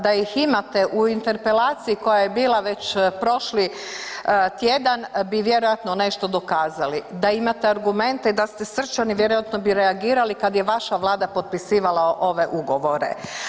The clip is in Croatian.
Da ih imate u interpelaciji koja je bila već prošli tjedan bi vjerojatno nešto dokazali, da imate argumente i da ste srčani vjerojatno bi reagirali kad je vaša vlada potpisivala ove ugovore.